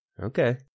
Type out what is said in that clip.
Okay